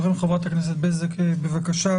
חברת הכנסת בזק, בבקשה.